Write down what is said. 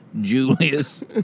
Julius